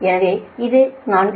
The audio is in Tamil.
எனவே இது 4